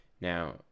Now